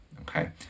okay